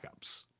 backups